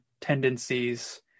tendencies